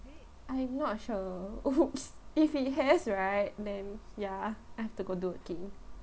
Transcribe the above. I'm not sure !oops! if he has right then ya I have to go do again